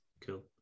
cool